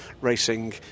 racing